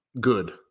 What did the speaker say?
good